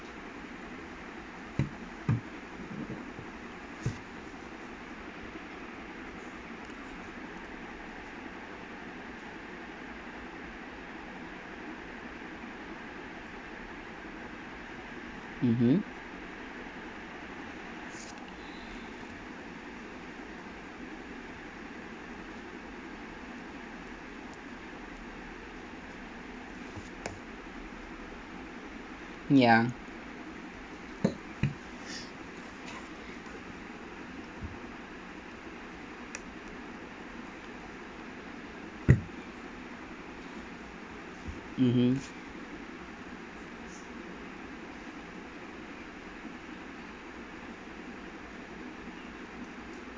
mmhmm ya mmhmm